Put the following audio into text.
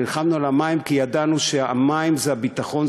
כי ידענו שהמים הם הביטחון,